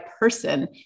person